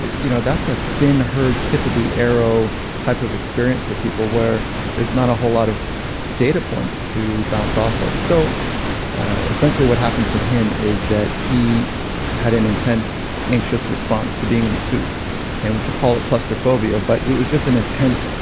you know that's a thin herd, tip of the arrow type of experience for people where there's not a whole lot of data points to bounce off of. so essentially what happened for him is that he had an intense, anxious response to being in the suit and we could call it claustrophobia, but it was just an intense,